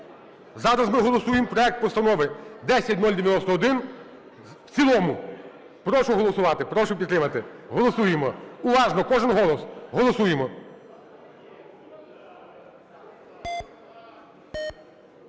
Зараз ми голосуємо проект Постанови 10091 в цілому. Прошу голосувати, прошу підтримати. Голосуємо. Уважно, кожен голос. Голосуємо.